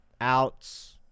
outs